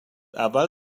اول